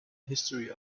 history